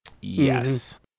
Yes